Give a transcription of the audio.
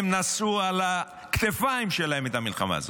הם נשאו על הכתפיים שלהם את המלחמה הזאת.